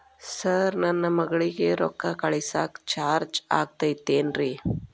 Sir ನನ್ನ ಮಗಳಗಿ ರೊಕ್ಕ ಕಳಿಸಾಕ್ ಚಾರ್ಜ್ ಆಗತೈತೇನ್ರಿ?